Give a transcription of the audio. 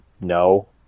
No